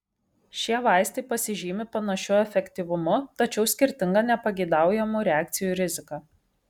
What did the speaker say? šie vaistai pasižymi panašiu efektyvumu tačiau skirtinga nepageidaujamų reakcijų rizika